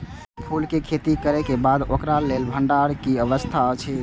फूल के खेती करे के बाद ओकरा लेल भण्डार क कि व्यवस्था अछि?